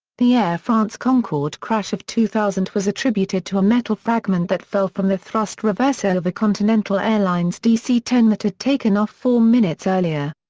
the air france concorde crash of two thousand was attributed to a metal fragment that fell from the thrust reverser of a continental airlines dc ten that had taken off four minutes earlier.